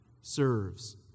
serves